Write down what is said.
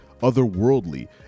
otherworldly